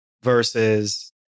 versus